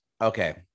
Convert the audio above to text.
okay